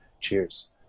Cheers